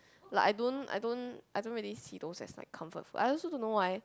like I don't I don't I don't really see those as like comfort food I also don't know why